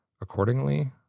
accordingly